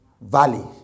valley